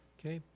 okay,